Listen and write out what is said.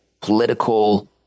political